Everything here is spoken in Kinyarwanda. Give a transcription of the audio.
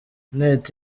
net